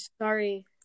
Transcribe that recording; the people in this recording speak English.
sorry